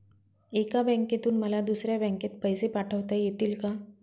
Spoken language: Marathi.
एका बँकेतून मला दुसऱ्या बँकेत पैसे पाठवता येतील का?